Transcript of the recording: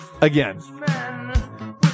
Again